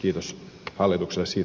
arvoisa puhemies